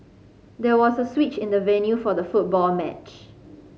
there was a switch in the venue for the football match